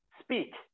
speak